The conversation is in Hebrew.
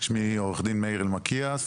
שמי עורך דין מאיר אלמקייס.